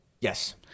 Yes